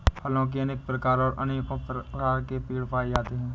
फलों के अनेक प्रकार और अनेको आकार के पेड़ पाए जाते है